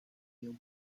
heel